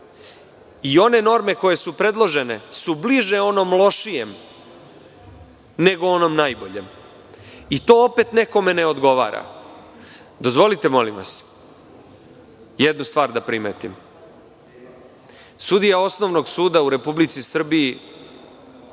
One norme koje su predložene su bliže onom lošijem, nego onom najboljem, i to opet nekome ne odgovara. Dozvolite molim vas jednu stvar da primetim, sudija osnovnog suda u Republici Srbiji